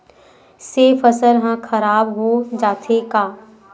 से फसल ह खराब हो जाथे का?